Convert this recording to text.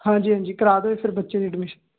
ਹਾਂਜੀ ਹਾਂਜੀ ਕਰਾ ਦਿਓ ਜੀ ਫੇਰ ਬੱਚੇ ਦੀ ਐਡਮਿਸ਼ਨ